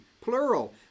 plural